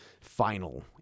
final